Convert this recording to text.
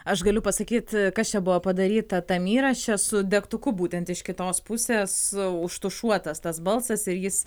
aš galiu pasakyt kas čia buvo padaryta tam įraše su degtuku būtent iš kitos pusės užtušuotas tas balsas ir jis